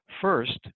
First